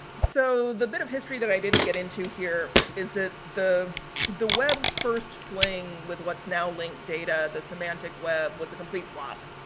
so, the bit of history that i didn't get into here is that the the webs first fling with what is now linked data, the semantic web, was a complete flop.